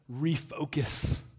refocus